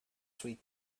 sweet